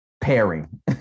pairing